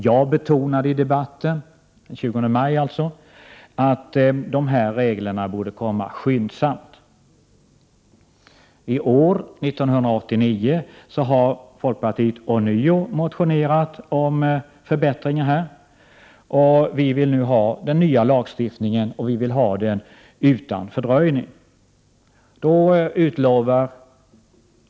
Jag betonade i debatten den 20 maj att reglerna borde komma så snart som möjligt. I år har folkpartiet ånyo motionerat om förbättringar, och vi vill ha den nya lagstiftningen utan fördröjning.